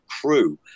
crew